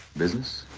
business?